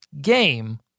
game